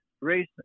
race